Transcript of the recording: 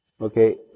Okay